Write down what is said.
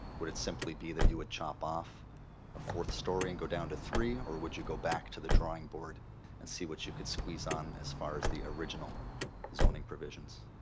would it simply be that you would chop off a fourth story and go down to three? or would you go back to the drawing board and see what you can squeeze on as far as the original zoning provisions?